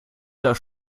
das